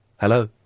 Hello